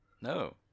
No